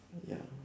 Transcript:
ya